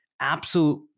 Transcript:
absolute